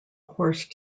horse